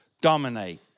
dominate